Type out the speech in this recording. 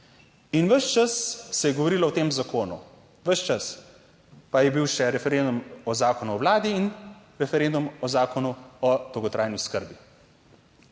In ves čas se je govorilo o tem zakonu, ves čas, pa je bil še referendum o Zakonu o vladi in referendum o Zakonu o dolgotrajni oskrbi.